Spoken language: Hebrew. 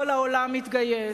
כל העולם מתגייס,